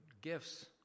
gifts